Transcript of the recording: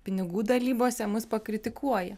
pinigų dalybose mus pakritikuoja